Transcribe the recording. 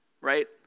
right